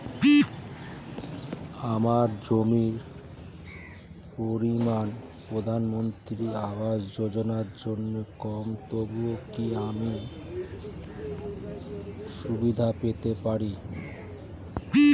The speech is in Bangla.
আমার জমির পরিমাণ প্রধানমন্ত্রী আবাস যোজনার জন্য কম তবুও কি আমি তার সুবিধা পেতে পারি?